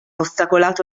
ostacolato